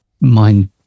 mind